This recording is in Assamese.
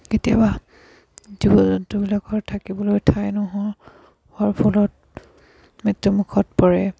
কেতিয়াবা জীৱ জন্তুবিলাকৰ থাকিবলৈ ঠাই নোহোৱা হোৱাৰ ফলত মৃত্যুমুখত পৰে